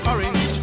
Orange